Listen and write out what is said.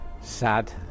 sad